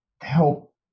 help